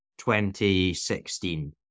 2016